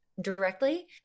directly